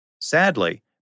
Sadly